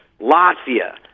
Latvia